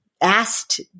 asked